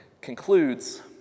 concludes